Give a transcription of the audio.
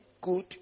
good